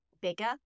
Bigger